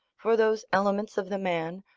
for those elements of the man,